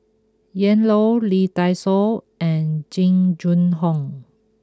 Ian Loy Lee Dai Soh and Jing Jun Hong